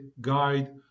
guide